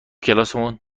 کلاسمون